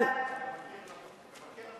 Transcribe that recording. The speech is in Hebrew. אבל, מבקר המשרד הוא